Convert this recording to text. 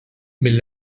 mill